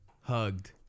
Hugged